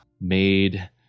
made